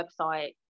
website